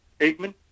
Aikman